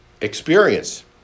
experience